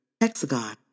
hexagon